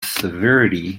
severity